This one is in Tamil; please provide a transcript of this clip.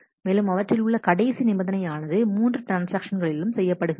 மேலும் அவற்றில் உள்ள கடைசி நிபந்தனை ஆனது மூன்று ட்ரான்ஸ்ஆக்ஷன்களிலும் செய்யப்படுகிறது